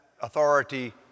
authority